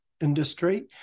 industry